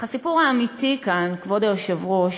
אך הסיפור האמיתי כאן, כבוד היושב-ראש,